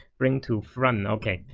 bring to front. okay.